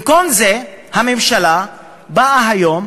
במקום זה הממשלה באה היום,